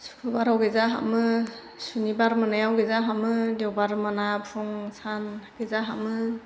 सुखुरबाराव गिर्जा हाबो सुनिबाराव मोनायाव गिर्जा हाबो देवबाराव मोना फुं सान गिर्जा हाबो